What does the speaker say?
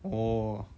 orh